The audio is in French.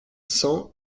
cent